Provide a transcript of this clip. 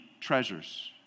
treasures